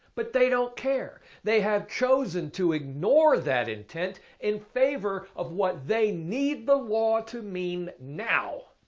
but they don't care! they have chosen to ignore that intent in favor of what they need the law to mean now!